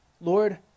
Lord